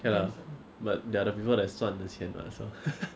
ya lah but they are people that 算 the 钱 [what] so